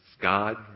God